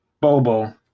Bobo